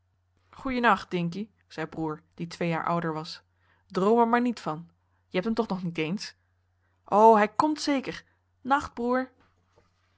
goeien nacht dinkie zei broer die twee jaar ouder was droom er maar niet van je hebt hem toch nog niet eens o hij komt zeker nacht broer